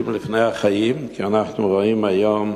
מתים לפני החיים, כי אנחנו רואים היום